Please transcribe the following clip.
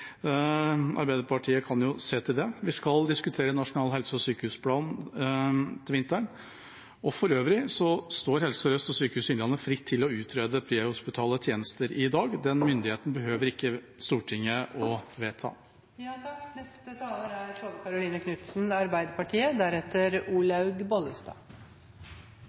Arbeiderpartiet kan jo se til det. Vi skal diskutere nasjonal helse- og sykehusplan til vinteren. For øvrig står Helse sør-øst og Sykehuset Innlandet fritt til å utrede prehospitale tjenester i dag. Den myndigheten behøver ikke Stortinget å vedta. Regjeringa kjenner i likhet med oss i Arbeiderpartiet til hva som er